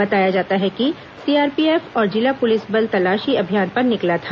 बताया जाता है कि सीआरपीएफ और जिला पुलिस बल तलाशी अभियान पर निकला था